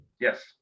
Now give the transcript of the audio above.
Yes